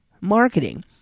marketing